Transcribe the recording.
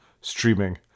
streaming